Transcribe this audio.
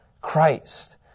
Christ